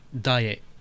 diet